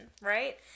Right